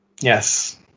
Yes